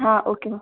हाँ okay ma'am